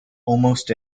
almost